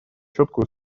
четкую